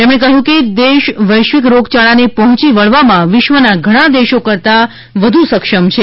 તેમણે કહ્યું કે દેશ વૈશ્વિક રોગયાળાને પહોયી વળવામાં વિશ્વના ઘણા દેશો કરતાં વધુ સક્ષમ છે